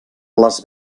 les